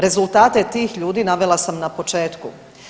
Rezultate tih ljudi navela sam na početku.